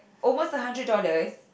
almost a hundred dollars